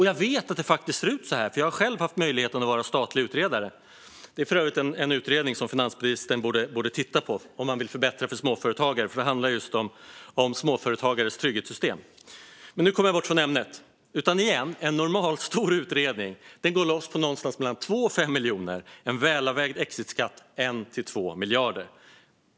Jag vet att det faktiskt ser ut så här, för jag har själv haft möjligheten att vara statlig utredare. Det är för övrigt en utredning som finansministern borde titta på om hon vill förbättra för småföretagare, för den handlar om just småföretagares trygghetssystem. Men nu kom jag bort från ämnet. Återigen: En normalstor utredning går loss på någonstans mellan 2 och 5 miljoner, en välavvägd exitskatt på mellan 1 och 2 miljarder.